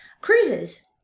cruises